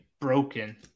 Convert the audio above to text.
broken